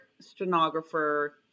stenographer